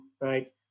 right